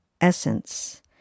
essence